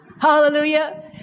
Hallelujah